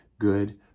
good